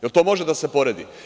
Jel to može da se poredi?